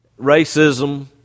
Racism